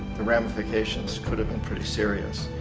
the ramifications could have been pretty serious.